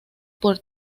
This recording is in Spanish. por